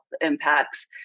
impacts